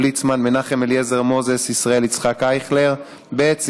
ליצמן, מנחם אליעזר מוזס, ישראל יצחק אייכלר, ב.